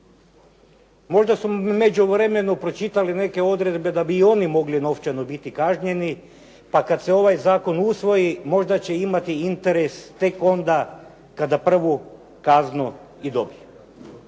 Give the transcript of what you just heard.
Možda su u međuvremenu pročitali neke odredbe da i oni mogli biti novčano kažnjeni, pa kada se ovaj zakon usvoji možda će imati interes tek onda kada prvu kaznu i dobiju.